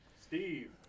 Steve